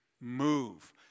move